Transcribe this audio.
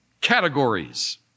categories